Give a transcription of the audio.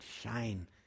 shine